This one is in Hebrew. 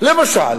למשל